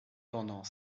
pendant